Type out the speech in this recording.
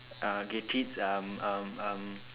uh get treats um um um